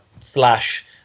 slash